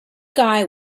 guy